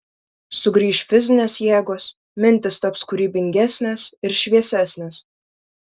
sugrįš fizinės jėgos mintys taps kūrybingesnės ir šviesesnės